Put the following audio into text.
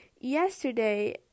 yesterday